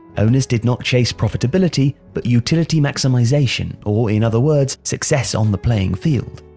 owners did not chase profitability, but utility maximisation, or, in other words, success on the playing field.